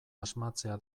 asmatzea